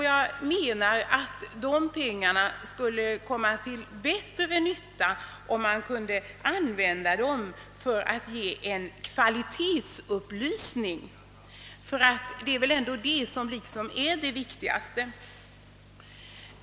Jag menar att dessa pengar skulle komma till bättre nytta om man kunde använda dem för att ge en kvalitetsupplysning, som väl ändå är det viktigaste.